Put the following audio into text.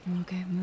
Okay